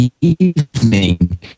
evening